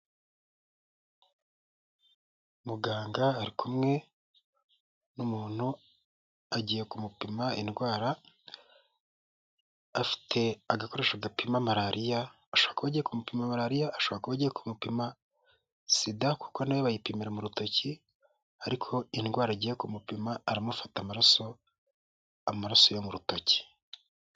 Muganga ari kumwe n'umuntu agiye kumupima indwara, afite agakoresho gapima malariya ashobora kuba agiye kumupima malariya, ashobora kuba agiye kumupima Sida, kuko nayo bayipimira mu rutoki, ariko indwara agiye kumupima aramufata amaraso, amaraso yo mu rutoki.